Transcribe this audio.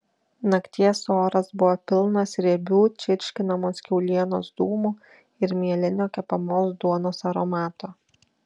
nakties oras buvo pilnas riebių čirškinamos kiaulienos dūmų ir mielinio kepamos duonos aromato